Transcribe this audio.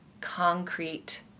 concrete